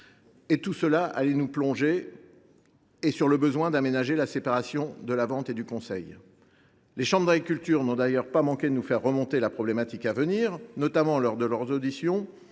tout cela allait nous plonger et sur le besoin d’aménager la séparation de la vente et du conseil. Les chambres d’agriculture n’ont d’ailleurs pas manqué de nous faire remonter cette question, notamment lors de l’audition